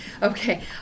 Okay